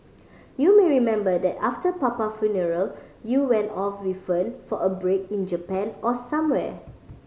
you may remember that after papa funeral you went off with Fern for a break in Japan or somewhere